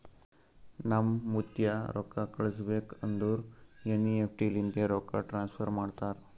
ನಮ್ ಮುತ್ತ್ಯಾ ರೊಕ್ಕಾ ಕಳುಸ್ಬೇಕ್ ಅಂದುರ್ ಎನ್.ಈ.ಎಫ್.ಟಿ ಲಿಂತೆ ರೊಕ್ಕಾ ಟ್ರಾನ್ಸಫರ್ ಮಾಡ್ತಾರ್